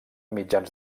mitjans